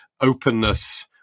openness